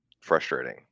frustrating